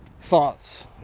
thoughts